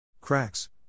Cracks